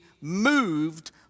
moved